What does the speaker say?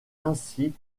ainsi